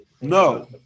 No